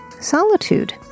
solitude